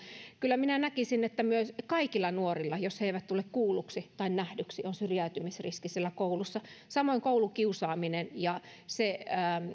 kyllä minä näkisin että kaikilla nuorilla jos he eivät tule kuulluksi tai nähdyksi on syrjäytymisriski siellä koulussa samoin koulukiusaamis ja